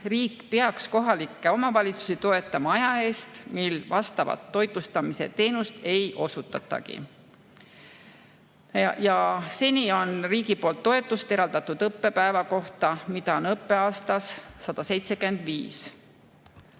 riik peaks kohalikke omavalitsusi toetama aja eest, mil vastavat toitlustamise teenust ei osutatagi. Seni on riigi poolt toetust eraldatud õppepäeva kohta, mida on õppeaastas 175.